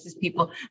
people